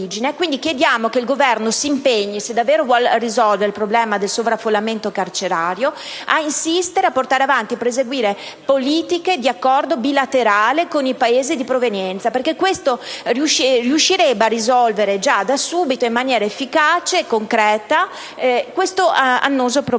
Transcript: Quindi chiediamo che il Governo, se davvero vuol risolvere il problema del sovraffollamento carcerario, si impegni ad insistere a portare avanti e proseguire politiche di accordo bilaterale con i Paesi di provenienza dei detenuti stranieri, così riuscirebbe a risolvere da subito e in maniera efficace e concreta questo annoso problema.